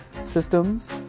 systems